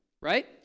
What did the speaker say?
Right